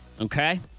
okay